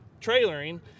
trailering